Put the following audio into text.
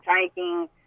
taking